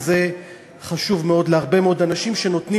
וזה חשוב מאוד להרבה מאוד אנשים שנותנים